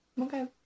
Okay